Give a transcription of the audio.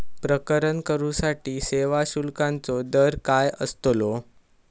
प्रकरण करूसाठी सेवा शुल्काचो दर काय अस्तलो?